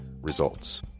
Results